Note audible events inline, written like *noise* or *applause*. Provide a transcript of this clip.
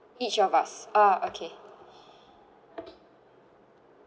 each of us oh okay *breath*